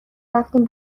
رفتیم